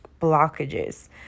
blockages